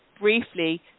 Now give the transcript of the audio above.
briefly